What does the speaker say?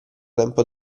tempo